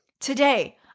Today